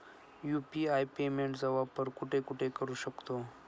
UPI पेमेंटचा वापर कुठे कुठे करू शकतो?